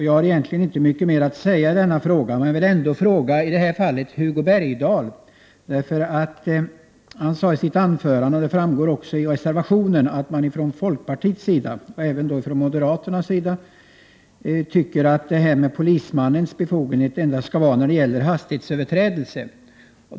Jag har egentligen inte mycket mer att säga i denna sak, men jag vill ändå ställa en fråga, i det här fallet till Hugo Bergdahl. Han sade i sitt anförande — det framgår också av reservationen — att man från folkpartiets sida och även från moderat håll tycker att denna polismannens befogenhet endast skall gälla vid hastighetsöverträdelser.